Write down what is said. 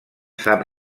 sap